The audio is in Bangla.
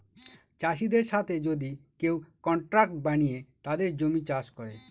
চাষীদের সাথে যদি কেউ কন্ট্রাক্ট বানিয়ে তাদের জমি চাষ করে